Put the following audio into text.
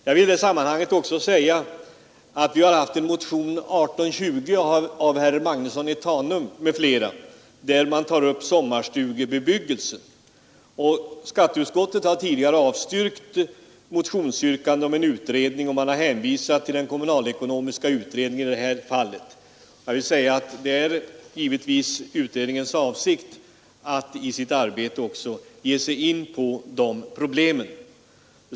Jag vill i det sammanhanget säga att vi också har haft en motion, nr 1820 av herr Magnusson i Tanum m.fl., vari man tar upp sommarstugebebyggelse. Skatteutskottet har tidigare avstyrkt motionsyrkande om en utredning och hänvisat till den kommunalekonomiska utredningen i det här fallet. Det är utredningens avsikt att i sitt arbete också ge sig in på dessa problem.